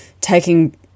taking